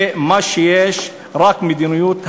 ומה שיש זה רק מדיניות הריסה.